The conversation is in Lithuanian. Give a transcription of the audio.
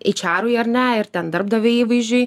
eičarui ar ne ir ten darbdavio įvaizdžiui